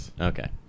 Okay